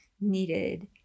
needed